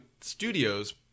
studios